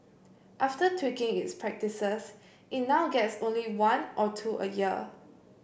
after tweaking its practices it now gets only one or two a year